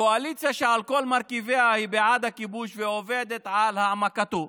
הקואליציה על כל מרכיביה היא בעד הכיבוש ועובדת על העמקתו,